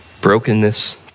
Brokenness